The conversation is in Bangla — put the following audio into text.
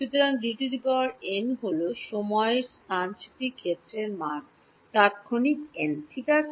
সুতরাং Dn হল সময়ে স্থানচ্যুতি ক্ষেত্রের মান তাত্ক্ষণিক n ঠিক আছে